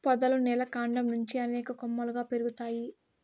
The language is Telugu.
పొదలు నేల కాండం నుంచి అనేక కొమ్మలుగా పెరుగుతాయి